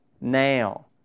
now